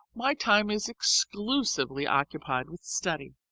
my time is exclusively occupied with study.